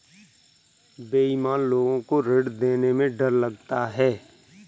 बेईमान लोग को ऋण देने में डर लगता है